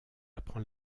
apprend